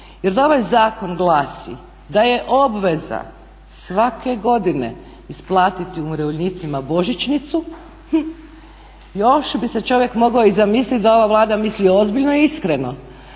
jer da ovaj zakon glasi da je obveza svake godine isplatiti umirovljenicima božićnicu, još bi se čovjek mogao zamisliti da ova Vlada misli ozbiljno i iskreno.